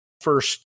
First